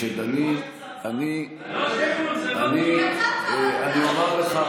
אני אומר לך,